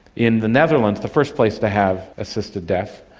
in the netherlands, the first place to have assisted death,